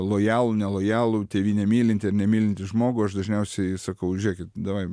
lojalų nelojalų tėvynę mylintį ar nemylintį žmogų aš dažniausiai sakau žiūrėkit davai